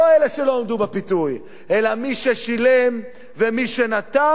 לא אלה שלא עמדו בפיתוי, אלא מי ששילם ומי שנתן.